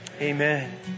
Amen